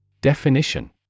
Definition